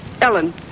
Ellen